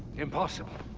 impossible.